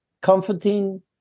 comforting